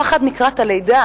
הפחד לקראת הלידה.